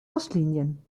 buslinien